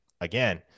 again